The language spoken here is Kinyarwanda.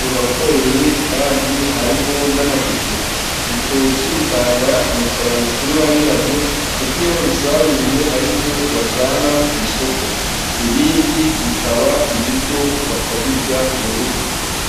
rurakoreye kandi harimo n'amateke. Ibitoki bitanga amafaranga kuri ba nyirabyo, kuko iyo babisaruye hari ibyo bajyana ku isoko. Ibindi bikaba ibiryo, bakabirya murugo.